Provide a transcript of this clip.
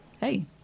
Hey